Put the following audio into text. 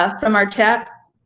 ah from our chat.